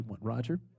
Roger